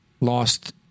lost